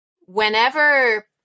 whenever